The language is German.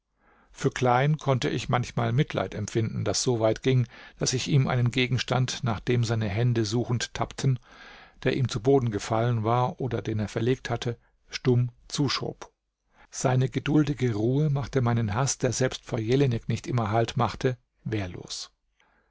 für klein konnte ich manchmal mitleid empfinden das so weit ging daß ich ihm einen gegenstand nach dem seine hände suchend tappten der ihm zu boden gefallen war oder den er verlegt hatte stumm zuschob seine geduldige ruhe machte meinen haß der selbst vor jelinek nicht immer halt machte wehrlos